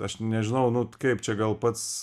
aš nežinau nu kaip čia gal pats